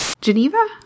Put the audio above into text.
Geneva